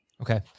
Okay